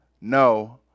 no